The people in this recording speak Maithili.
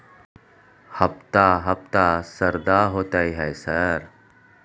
हफ्ता हफ्ता शरदा होतय है सर?